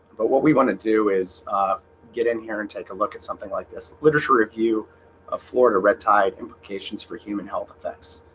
but what we want to do is get in here and take a look at something like this literature review of florida red tide implications for human health effects